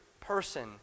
person